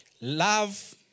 Love